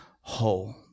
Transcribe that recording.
whole